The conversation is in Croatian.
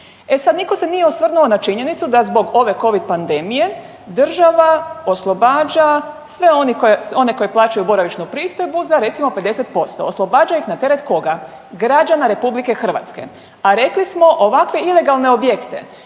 E sad nitko se nije osvrnuo na činjenicu da zbog ove covid pandemije država oslobađa sve one koji plaćaju boravišnu pristojbu za recimo 50%, oslobađa ih na teret koga, građana RH. A rekli smo ovakve ilegalne objekte